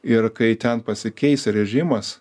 ir kai ten pasikeis režimas